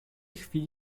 chwili